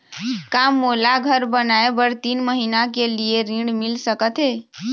का मोला घर बनाए बर तीन महीना के लिए ऋण मिल सकत हे?